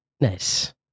Nice